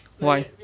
why